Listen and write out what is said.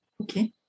Okay